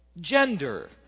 gender